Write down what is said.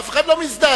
אף אחד לא מזדעזע.